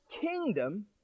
kingdom